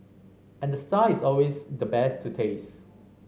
and the star is always the best to taste